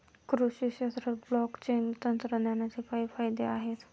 कृषी क्षेत्रात ब्लॉकचेन तंत्रज्ञानाचे काय फायदे आहेत?